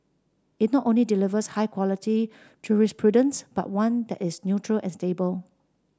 it not only delivers high quality jurisprudence but one that is neutral and stable